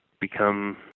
become